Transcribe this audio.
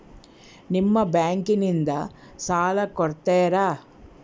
ನಿಮ್ಮ ಬ್ಯಾಂಕಿನಿಂದ ಸಾಲ ಕೊಡ್ತೇರಾ?